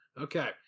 Okay